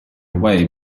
away